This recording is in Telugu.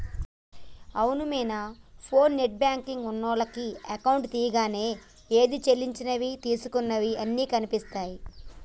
అవును మీనా ఫోన్లో నెట్ బ్యాంకింగ్ ఉన్నోళ్లకు అకౌంట్ తీయంగానే ఏది సెల్లించినవి తీసుకున్నయి అన్ని కనిపిస్తాయి